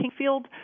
Kingfield